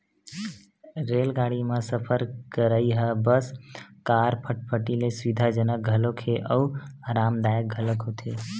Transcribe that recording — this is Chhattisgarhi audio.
रेलगाड़ी म सफर करइ ह बस, कार, फटफटी ले सुबिधाजनक घलोक हे अउ अरामदायक घलोक होथे